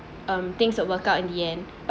um things that work out in the end